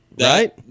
right